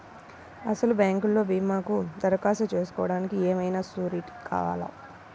అసలు బ్యాంక్లో భీమాకు దరఖాస్తు చేసుకోవడానికి ఏమయినా సూరీటీ కావాలా?